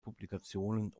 publikationen